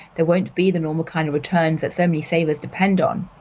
there won't be the normal kind of returns that so many savers depend on.